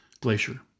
glacier